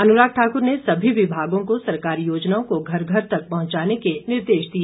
अनुराग ठाक्र ने सभी विभागों को सरकारी योजनाओं को घर घर तक पहुंचाने के निर्देश दिए